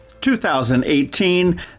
2018